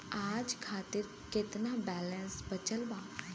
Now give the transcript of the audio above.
आज खातिर केतना बैलैंस बचल बा?